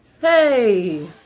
Hey